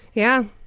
yeah,